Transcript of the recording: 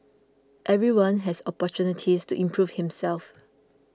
everyone has opportunities to improve himself